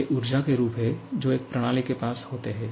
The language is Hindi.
ये ऊर्जा के रूप हैं जो एक प्रणाली के पास होते हैं